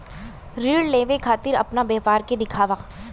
ऋण लेवे के खातिर अपना व्यापार के दिखावा?